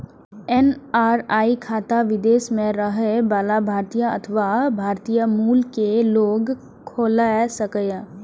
NRI खाता विदेश मे रहै बला भारतीय अथवा भारतीय मूल के लोग खोला सकैए